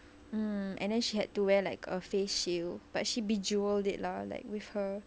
mm and then she had to wear like a face shield but she bejeweled it lah like with her